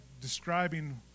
describing